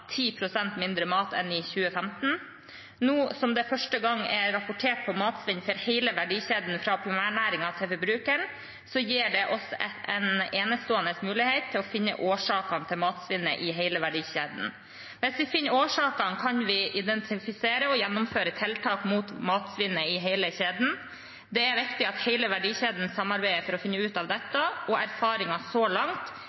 2015. Nå som det første gang er rapportert på matsvinn for hele verdikjeden fra primærnæringen til forbrukeren, gir det oss en enestående mulighet til å finne årsakene til matsvinnet i hele verdikjeden. Hvis vi finner årsakene, kan vi identifisere og gjennomføre tiltak mot matsvinnet i hele kjeden. Det er viktig at hele verdikjeden samarbeider for å finne ut av